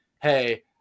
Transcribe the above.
Hey